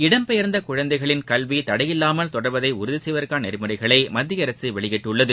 இடம்பெயர்ந்த குழந்தைகளின் கல்வி தடையில்லாமல் தொடர்வதை உறுதி செய்வதற்கான நெறிமுறைகளை மத்திய அரசு வெளியிட்டுள்ளது